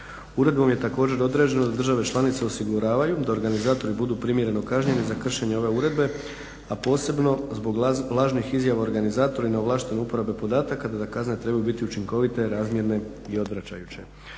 Uredbom je također određeno da države članice osiguravaju, da organizatori budu primjereno kažnjeni za kršenje ove uredbe, a posebno zbog lažnih izjava organizatora i neovlaštene uporabe podataka da kazne trebaju biti učinkovite, razmjerne i obračajuće.